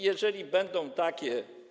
Jeżeli będą takie.